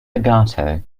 legato